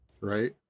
right